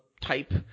type